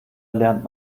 lernt